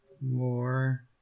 more